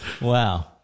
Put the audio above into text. Wow